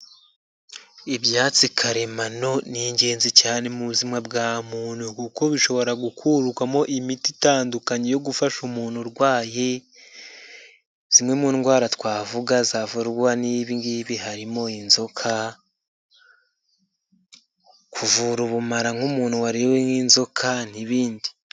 Ibyatsi karemano ni ingenzi cyane mu buzima bwa muntu, kuko bishobora gukurwamo imiti itandukanye yo gufasha umuntu urwaye zimwe mu ndwara twavuga zavurwa n'ibi ngibi harimo inzoka, kuvura ubumara nk'umuntu wariwe n'inzoka n'ibindi.